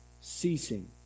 ceasing